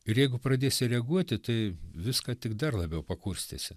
ir jeigu pradėsi reaguoti tai viską tik dar labiau pakurstysi